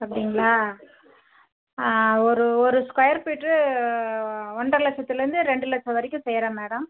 அப்படிங்களா ஒரு ஒரு ஸ்கொயர் ஃபிட்ரு ஒன்றரை லட்சத்திலேருந்து ரெண்டு லட்சம் வரைக்கும் செய்கிறேன் மேடம்